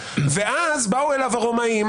ואז באו אליו הרומאים,